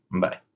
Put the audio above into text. Bye